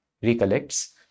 recollects